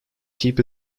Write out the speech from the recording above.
keep